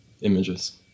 images